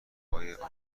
آمریکا